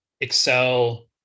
excel